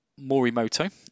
Morimoto